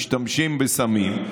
משתמשים בסמים.